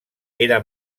era